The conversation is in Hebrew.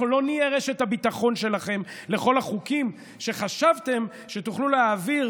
אנחנו לא נהיה רשת הביטחון שלכם לכל החוקים שחשבתם שתוכלו להעביר